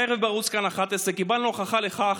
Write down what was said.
בערב בערוץ כאן 11 קיבלנו הוכחה לכך